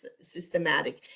systematic